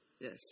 Yes